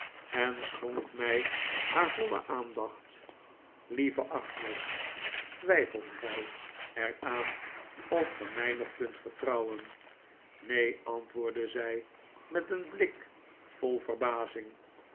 en schonk mij haar voile aandacht lieve agnes twijfelt gij er aan of ge mij nog kunt vertrouwen neen antwoordde zij met een blik vol verbazing